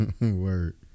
Word